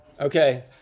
Okay